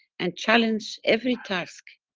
and challenge every task,